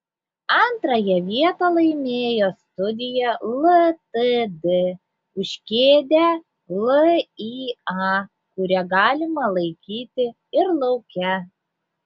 antrąją vietą laimėjo studija ltd už kėdę lya kurią galima laikyti ir lauke